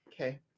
Okay